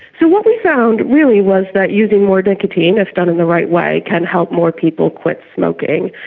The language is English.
so what we found really was that using more nicotine, if done in the right way, can help more people quit smoking.